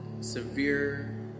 severe